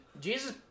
Jesus